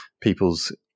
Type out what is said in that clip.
people's